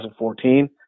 2014